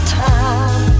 time